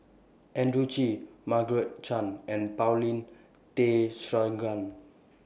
Andrew Chew Margaret Chan and Paulin Tay Straughan